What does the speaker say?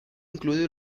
incluido